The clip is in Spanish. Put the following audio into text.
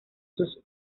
sus